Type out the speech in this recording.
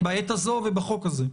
בעת הזו ובחוק הזה?